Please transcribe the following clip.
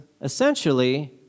essentially